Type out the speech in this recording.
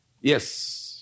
Yes